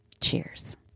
Cheers